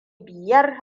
biyar